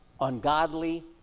ungodly